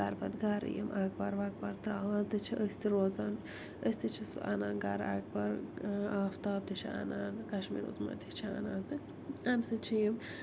گَرٕ پتہٕ گَرٕ یِم اخبار وخبار ترٛاوان تہٕ چھِ أسۍ تہِ روزان أسۍ تہِ چھِ سُہ اَنان گَرٕ اخبار آفتاب تہِ چھِ اَنان کشمیٖر عظمیٰ تہِ چھِ اَنان تہٕ اَمہِ سۭتۍ چھِ یِم